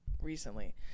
recently